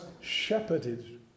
shepherded